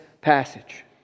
passage